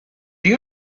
you